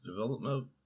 development